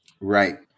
Right